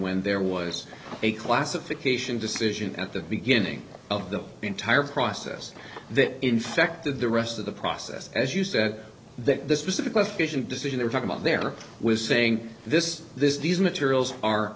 when there was a classification decision at the beginning of the entire process that infected the rest of the process as you said that this specific last patient decision they're talking about there was saying this this these materials are